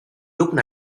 mới